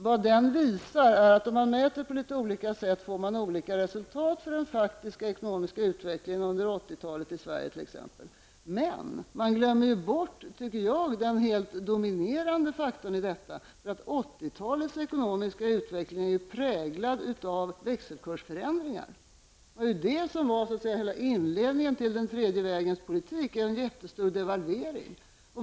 Vad den visar är att om man mäter på litet olika sätt får man olika resultat, t.ex. för den faktiska ekonomiska utvecklingen i Sverige under 80-talet. Men man glömmer enligt min mening bort den helt dominerande faktorn i detta, nämligen att 80-talets ekonomiska utveckling är präglad av växelkursförändringar. En jättestor devalvering var så att säga hela inledningen till tredje vägens politik.